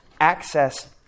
access